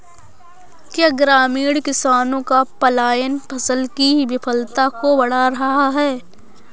क्या ग्रामीण किसानों का पलायन फसल की विफलता को बढ़ा रहा है?